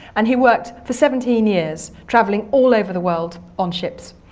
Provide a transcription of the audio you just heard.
and he worked for seventeen years travelling all over the world on ships.